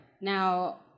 Now